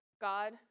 God